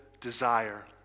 desire